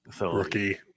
Rookie